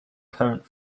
current